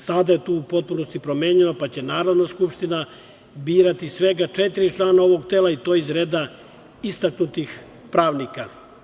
Sada je to u potpunosti promenjeno pa će Narodna skupština birati svega četiri člana ovog tela i to iz reda istaknutih pravnika.